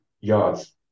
yards